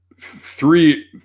three